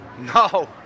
No